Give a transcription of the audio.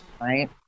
right